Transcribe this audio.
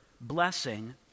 blessing